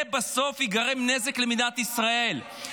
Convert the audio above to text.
בסוף ייגרם נזק למדינת ישראל.